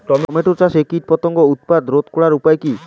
Tomato চাষে কীটপতঙ্গের উৎপাত রোধ করার উপায় কী?